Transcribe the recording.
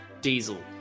Diesel